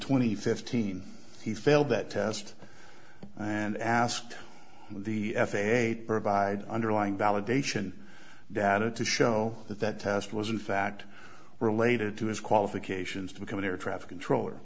twenty fifteen he failed that test and asked the f a a to provide underlying validation data to show that that test was in fact related to his qualifications to become an air traffic controller